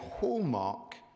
hallmark